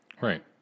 Right